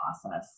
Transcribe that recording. process